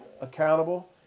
accountable